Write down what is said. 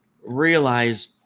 realize